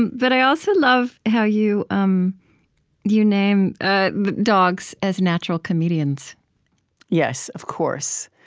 and but i also love how you um you name dogs as natural comedians yes, of course.